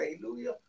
Hallelujah